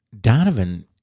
Donovan